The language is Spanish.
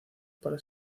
para